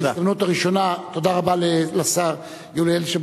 תודה רבה לשר יולי אדלשטיין.